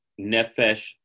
Nefesh